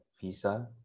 visa